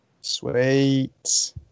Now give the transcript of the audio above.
Sweet